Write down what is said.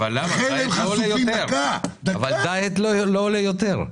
אבל משקה דיאט לא עולה יותר.